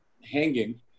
hanging